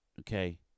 Okay